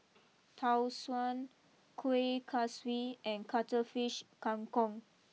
Tau Suan Kuih Kaswi and Cuttlefish Kang Kong